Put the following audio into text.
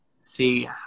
see